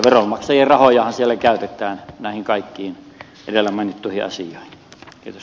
veronmaksajien rahojahan siellä käytetään näihin kaikkiin edellä mainittuihin asioihin